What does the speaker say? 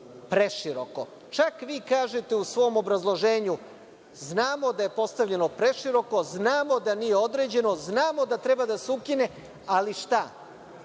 preširoko. Čak vi kažete u svom obrazloženju – znamo da je postavljeno preširoko, znamo da nije određeno, znamo da treba da se ukine, ali šta?